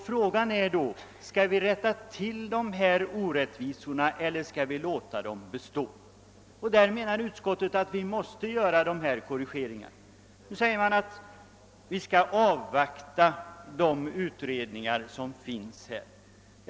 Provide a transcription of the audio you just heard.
Frågan gäller då, om vi skall rätta till orättvisorna eller låta dem bestå. Utskottet anser att vi måste göra de föreslagna korrigeringarna. Nu sägs det att vi bör avvakta de utredningar som pågår.